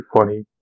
funny